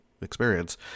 experience